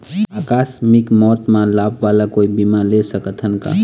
आकस मिक मौत म लाभ वाला कोई बीमा ले सकथन का?